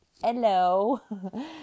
Hello